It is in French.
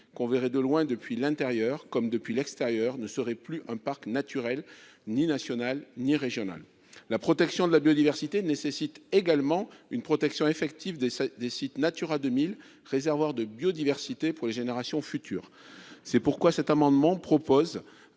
l'on verrait de loin- que l'on soit à l'intérieur ou à l'extérieur du parc -ne serait plus un parc naturel national ou régional. La protection de la biodiversité nécessite également une protection effective des sites Natura 2000, réservoirs de biodiversité pour les générations futures. C'est pourquoi cet amendement vise